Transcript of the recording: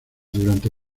durante